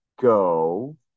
go